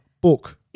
book